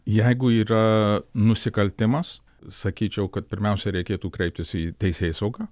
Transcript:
jeigu yra nusikaltimas sakyčiau kad pirmiausia reikėtų kreiptis į teisėsaugą